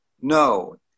No